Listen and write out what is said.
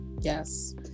Yes